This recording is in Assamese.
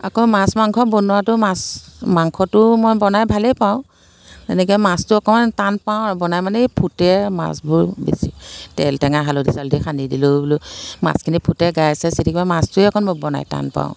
আকৌ মাছ মাংস বনোৱাতো মাছ মাংসটো মই বনাই ভালেই পাওঁ এনেকৈ মাছটো অকণমান টান পাওঁ আৰু বনাই মানে এই ফুটে মাছবোৰ বেছি তেল টেঙা হালধি চালধি সানি দিলেও বোলো মাছখিনি ফুটে গায়ে চায়ে ছিটিকে মাছটোৱেই অকণ বনাই টান পাওঁ